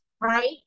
right